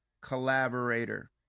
collaborator